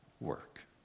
work